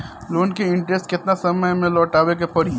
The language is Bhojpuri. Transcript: लोन के इंटरेस्ट केतना समय में लौटावे के पड़ी?